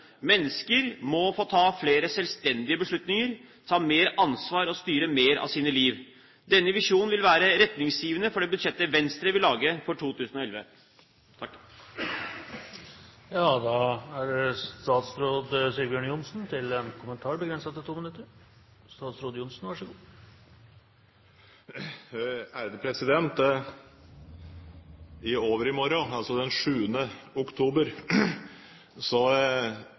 Mennesker må få ta flere selvstendige beslutninger, ta mer ansvar og styre mer av sitt liv. Denne visjonen vil være retningsgivende for det budsjettet Venstre vil lage for 2011. I overmorgen, altså den 7. oktober, er det